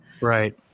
Right